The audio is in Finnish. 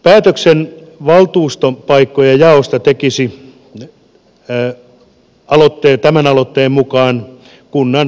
päätöksen valtuustopaikkojen jaosta tekisi tämän aloitteen mukaan kunnan keskusvaalilautakunta